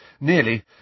Nearly